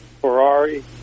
Ferrari